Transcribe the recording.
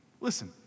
listen